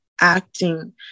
acting